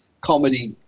comedy